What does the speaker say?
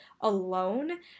alone